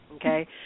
Okay